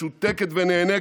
משותקת ונאנקת,